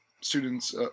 students